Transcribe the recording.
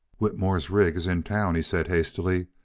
whitmore's rig is in town, he said, hastily.